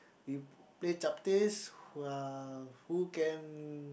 we play chaptehs who are who can